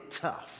tough